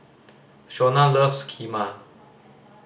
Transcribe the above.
Shona loves Kheema